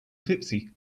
tipsy